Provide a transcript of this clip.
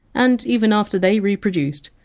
and even after they reproduced,